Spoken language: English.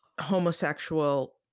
homosexual